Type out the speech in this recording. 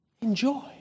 Enjoy